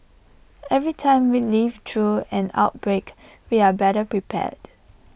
every time we live through an outbreak we are better prepared